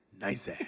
nice